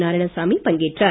நாராயணசாமி பங்கேற்றார்